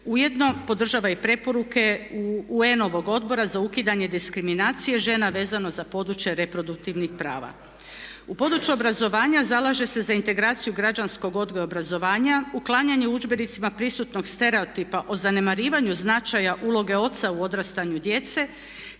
ujedno podržava i preporuke UN-ovog odbora za ukidanje diskriminacije žena vezano za područje reproduktivnih prava. U području obrazovanja zalaže se za integraciju građanskog odgoja i obrazovanja, uklanjanje u udžbenicima prisutnog stereotipa o zanemarivanju značaja uloge oca u odrastanju djece